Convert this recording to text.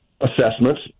assessments